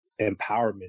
empowerment